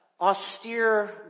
austere